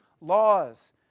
laws